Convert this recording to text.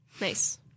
Nice